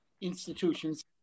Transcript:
institutions